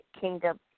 Kingdom